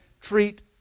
treat